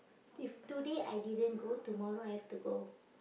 if today I didn't go tomorrow I have to go